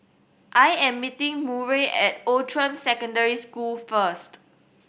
I am meeting Murray at Outram Secondary School first